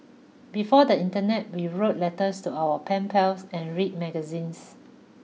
before the internet we wrote letters to our pen pals and read magazines